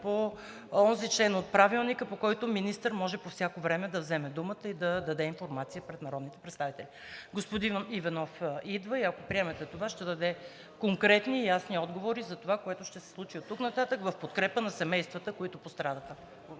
по онзи член от Правилника, по който министър може по всяко време да вземе думата и да даде информация пред народните представители. Господин Иванов идва и ако приемете това, ще даде конкретни и ясни отговори за това, което ще се случи оттук нататък в подкрепа на семействата, които пострадаха.